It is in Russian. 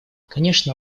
конечно